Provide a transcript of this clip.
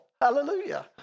Hallelujah